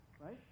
Right